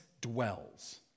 dwells